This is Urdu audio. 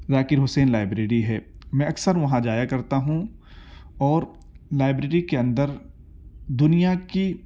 ذاکر حسین لائبریری ہے میں اکثر وہاں جایا کرتا ہوں اور لائبریری کے اندر دنیا کی